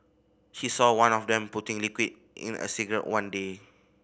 she saw one of them putting liquid in a cigarette one day